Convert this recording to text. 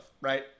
right